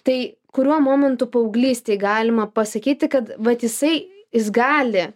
tai kuriuo momentu paauglystėj galima pasakyti kad vat jisai jis gali